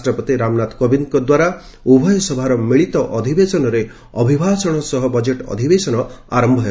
ରାଷ୍ଟ୍ରପତି ରାମନାଥ କୋବିନ୍ଦଙ୍କ ଦ୍ୱାରା ଉଭୟ ସଭାର ମିଳିତ ଅଧିବେଶନରେ ଅଭିଭାଷଣ ସହ ବଜେଟ୍ ଅଧିବେଶନ ଆରମ୍ଭ ହେବ